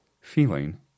feeling